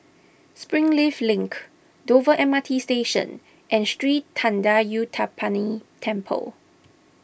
Springleaf Link Dover M R T Station and Sri thendayuthapani Temple